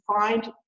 find